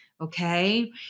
Okay